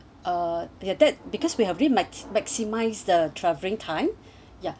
uh we had that because we have the max maximize the travelling time ya